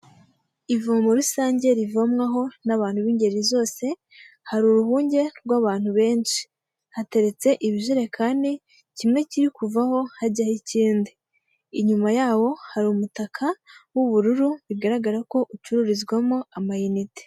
Ivomo rusange rivomwaho n'abantu b'ingeri zose, hari uruvunge rw'abantu benshi, hateretse ibijerekani kimwe kiri kuvaho hajyaho ikindi, inyuma yaho hari umutaka w'ubururu bigaragara ko ucururizwamo amayinite.